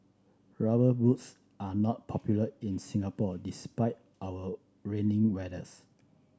rubber boots are not popular in Singapore despite our rainy weathers